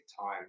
time